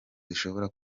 zishobora